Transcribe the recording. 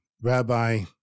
Rabbi